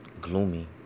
gloomy